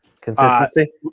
Consistency